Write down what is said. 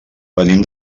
venim